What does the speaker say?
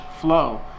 flow